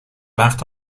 وقت